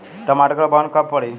टमाटर क बहन कब पड़ी?